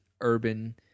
urban